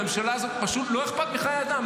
ולממשלה הזאת פשוט לא אכפת מחיי אדם,